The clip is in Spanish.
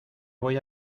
voy